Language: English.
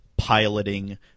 Piloting